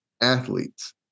athletes